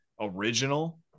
original